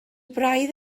braidd